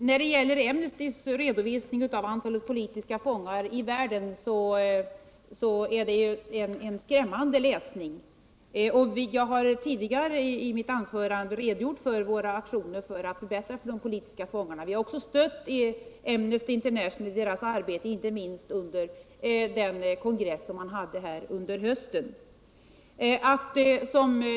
Herr talman! Amnestys redovisning av antalet politiska fångar i världen är en skrämmande läsning. Jag har tidigare i mitt anförande redogjort för våra aktioner för att förbättra för de politiska fångarna. Vi har också stött Amnesty International i dess arbete, inte minst under den' kongress organisationen hade här i höstas.